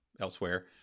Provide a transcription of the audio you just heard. elsewhere